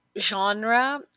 genre